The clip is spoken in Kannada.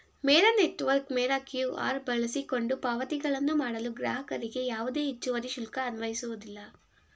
ಮೇರಾ ನೆಟ್ವರ್ಕ್ ಮೇರಾ ಕ್ಯೂ.ಆರ್ ಬಳಸಿಕೊಂಡು ಪಾವತಿಗಳನ್ನು ಮಾಡಲು ಗ್ರಾಹಕರಿಗೆ ಯಾವುದೇ ಹೆಚ್ಚುವರಿ ಶುಲ್ಕ ಅನ್ವಯಿಸುವುದಿಲ್ಲ